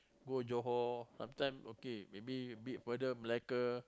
go Johor sometime okay maybe a bit further Melaka